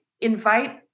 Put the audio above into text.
invite